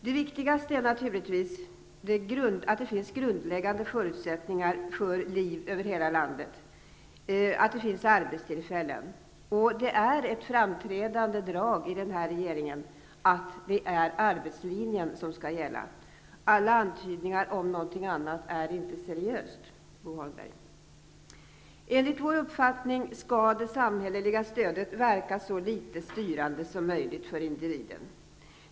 Det viktigaste är naturligtvis att det finns grundläggande förutsättningar för liv över hela landet och att det finns arbetstillfällen. Det är ett framträdande drag i den här regeringen att det är arbetslinjen som skall gälla. Alla antydningar om något annat är inte seriösa, Bo Holmberg. Enligt vår uppfattning skall det samhälleliga stödet verka så litet styrande som möjligt för individen.